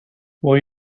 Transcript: will